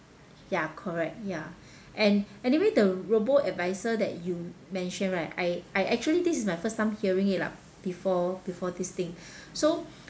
ya correct ya and anyway the robo adviser that you mention right I I actually this is my first time hearing it lah before before this thing so